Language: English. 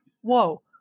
whoa